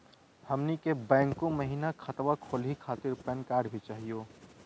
हमनी के बैंको महिना खतवा खोलही खातीर पैन कार्ड भी चाहियो?